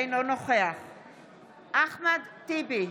אינו נוכח אחמד טיבי,